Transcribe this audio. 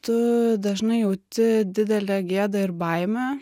tu dažnai jauti didelę gėdą ir baimę